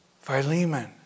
Philemon